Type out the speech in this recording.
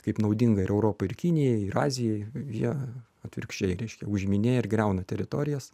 kaip naudinga ir europai ir kinijaiir azijai jie atvirkščiai reiškia užiminėja ir griauna teritorijas